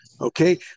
okay